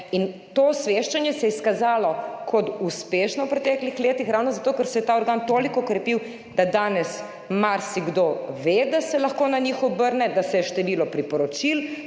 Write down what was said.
To osveščanje se je izkazalo kot uspešno v preteklih letih ravno zato, ker se je ta organ toliko okrepil, da danes marsikdo ve, da se lahko obrne na njih, da se je število priporočil